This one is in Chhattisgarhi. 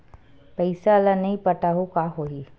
पईसा ल नई पटाहूँ का होही?